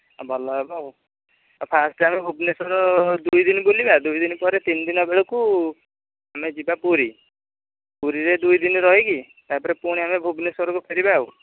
ଆଉ ଭଲ ହେବ ଆଉ ଫାଷ୍ଟ୍ ଆମେ ଭୁବନେଶ୍ୱର ଦୁଇ ଦିନ ବୁଲିବା ଦୁଇ ଦିନ ପରେ ତିନି ଦିନ ବେଳକୁ ଆମେ ଯିବା ପୁରୀ ପୁରୀରେ ଦୁଇ ଦିନ ରହିକି ତା'ପରେ ପୁଣି ଆମେ ଭୁବନେଶ୍ୱରକୁ ଫେରିବା ଆଉ